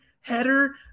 header